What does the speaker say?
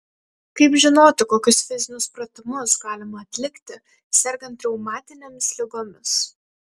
kaip žinoti kokius fizinius pratimus galima atlikti sergant reumatinėmis ligomis